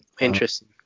Interesting